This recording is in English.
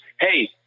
hey